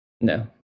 no